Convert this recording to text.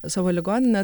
savo ligoninę